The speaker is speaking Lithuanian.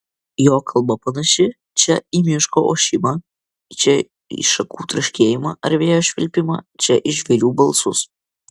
jo kalba panaši čia į miško ošimą čia į šakų traškėjimą ar vėjo švilpimą čia į žvėrių balsus